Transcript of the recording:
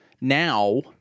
Now